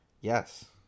yes